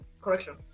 correction